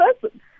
person